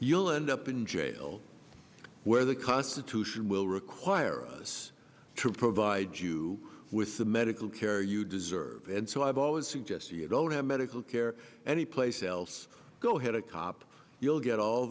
you'll end up in jail where the constitution will require us to provide you with the medical care you deserve and so i've always suggest you don't have medical care anyplace else go ahead a cop you'll get all